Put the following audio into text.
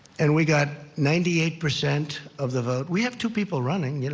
and we got ninety eight percent of the vote. we have two people running. you know